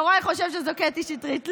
יוראי חושב שזאת קטי שטרית.